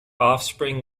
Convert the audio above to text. offspring